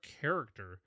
character